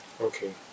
Okay